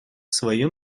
своем